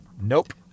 Nope